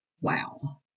Wow